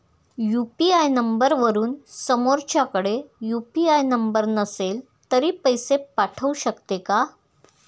UPI नंबरवरून समोरच्याकडे UPI number नसेल तरी पैसे पाठवू शकते का?